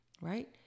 right